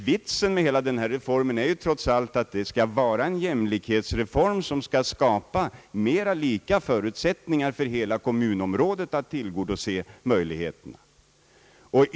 Vitsen med hela denna reform är trots allt att den skall vara en jämlikhetsreform, som skall skapa lika förutsättningar för hela kommunområdet att utnyttja resurserna.